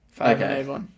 Okay